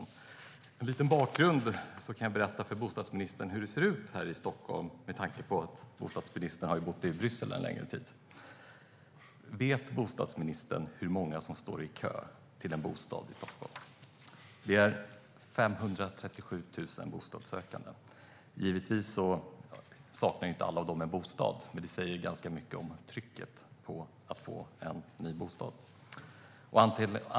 Jag kan ge en liten bakgrund och berätta för bostadsministern hur det ser ut här i Stockholm, med tanke på att bostadsministern har bott i Bryssel en längre tid. Vet bostadsministern hur många som står i kö för att få en bostad i Stockholm? Det finns 537 000 bostadssökande. Givetvis saknar inte alla som står i kön en bostad, men det säger ganska mycket om trycket för att få en ny bostad.